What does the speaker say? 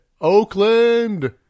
Oakland